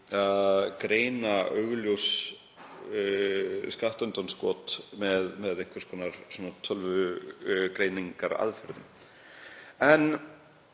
að greina augljós skattundanskot með einhvers konar tölvugreiningaraðferðum. En